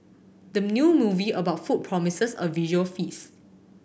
the new movie about food promises a visual feast